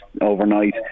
overnight